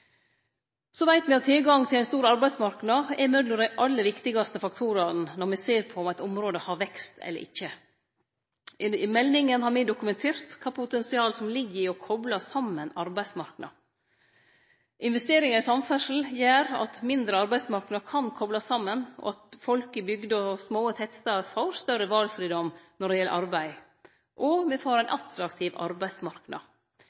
Så veit me at tilgang til ein stor arbeidsmarknad er mellom dei aller viktigaste faktorane når me ser på om eit område har vekst eller ikkje. I meldinga har me dokumentert kva potensial som ligg i å kople saman arbeidsmarknader. Investeringar i samferdsle gjer at mindre arbeidsmarknader kan koplast saman, slik at folk i bygder og små tettstader får større valfridom når det gjeld arbeid, og me får ein